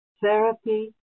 therapy